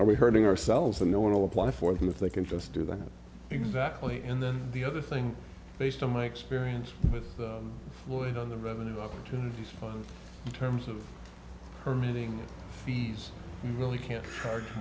know we hurting ourselves and no one will apply for that if they can just do that exactly and then the other thing based on my experience with floyd on the revenue opportunities for terms of terminating fees you really can't charge